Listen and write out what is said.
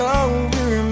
over